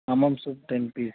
Hamam soap ten piece